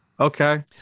Okay